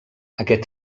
aquest